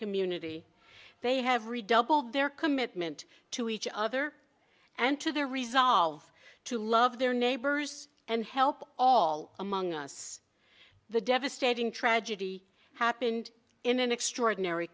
community they have redoubled their commitment to each other and to their resolve to love their neighbors and help all among us the devastating tragedy happened in an extraordinary